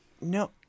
no